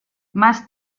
más